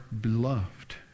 beloved